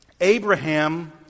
Abraham